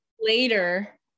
later